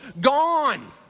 gone